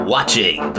Watching